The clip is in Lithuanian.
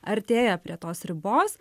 artėja prie tos ribos